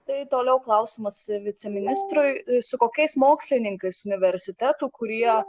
tai toliau klausimas viceministrui su kokiais mokslininkais universitetų kurie